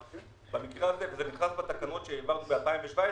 במקרה הזה, זה נכלל בתקנות שהעברנו בשנת 2017,